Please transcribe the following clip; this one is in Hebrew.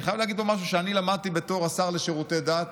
אני חייב להגיד מה שאני למדתי בתור השר לשירותי דת